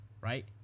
right